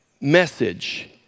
message